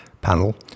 panel